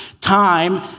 time